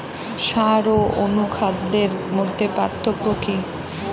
সার ও অনুখাদ্যের মধ্যে পার্থক্য কি?